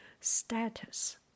status